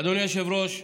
אדוני היושב-ראש,